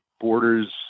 Borders